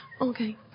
Okay